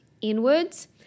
inwards